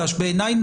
בעיניי,